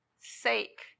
sake